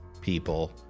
people